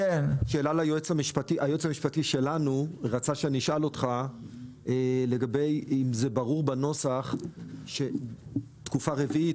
היועץ המשפטי שלנו רצה שאני אשאל אותך אם זה ברור בנוסח תקופה רביעית,